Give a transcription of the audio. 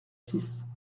six